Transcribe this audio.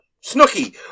Snooky